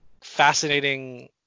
fascinating